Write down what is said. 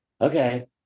okay